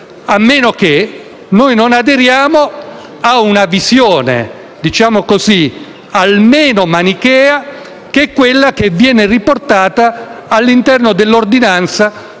A meno che noi non aderiamo a una visione quantomeno manichea, che è quella che viene riportata all'interno dell'ordinanza